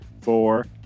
four